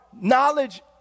knowledge